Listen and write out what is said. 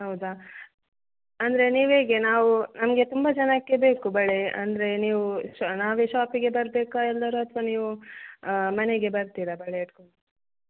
ಹೌದಾ ಅಂದರೆ ನೀವು ಹೇಗೆ ನಾವು ನಮಗೆ ತುಂಬ ಜನಕ್ಕೆ ಬೇಕು ಬಳೆ ಅಂದರೆ ನೀವು ಶ ನಾವೇ ಶಾಪಿಗೆ ಬರಬೇಕಾ ಎಲ್ಲರೂ ಅಥ್ವಾ ನೀವು ಮನೆಗೆ ಬರ್ತೀರಾ ಬಳೆ ಹಿಡ್ಕೊಂಡ್